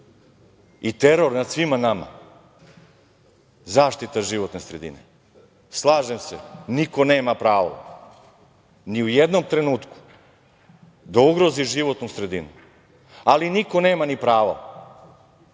i teror nad svima nama, zaštita životne sredine. Slažem se, niko nema pravo ni u jednom trenutku da ugrozi životnu sredinu, ali niko nema ni pravo